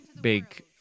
big